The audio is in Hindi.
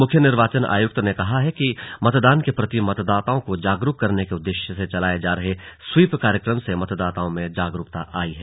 मुख्य निर्वाचन आयुक्त ने कहा कि मतदान के प्रति मतदाताओं को जागरूक करने के उद्देश्य से चलाये जा रहे स्वीप कार्यक्रम से मतदाताओं में जागरूकता आई है